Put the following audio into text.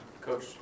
Coach